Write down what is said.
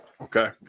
Okay